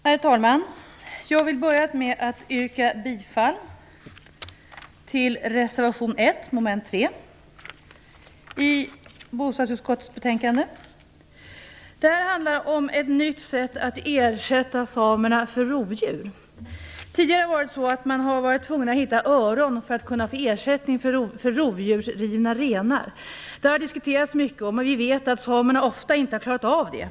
Herr talman! Jag vill börja med att yrka bifall till reservation 1, som gäller mom. 3 i bostadsutskottets betänkande. Det här handlar om ett nytt sätt att ersätta samerna för rovdjur. Tidigare har det varit så att de har varit tvungna att hitta öron för att få ersättning för rovdjursrivna renar. Det här har diskuterats mycket, och vi vet att samerna ofta inte har klarat av det.